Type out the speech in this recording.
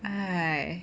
哎